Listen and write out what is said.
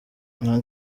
nta